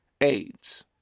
AIDS